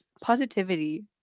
positivity